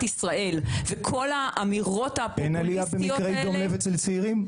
אין עלייה במקרי דום לב אצל צעירים?